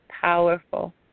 powerful